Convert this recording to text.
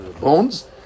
bones